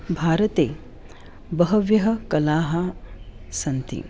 भारते बह्व्यः कलाः सन्ति